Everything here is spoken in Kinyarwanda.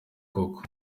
koko